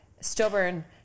stubborn